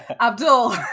Abdul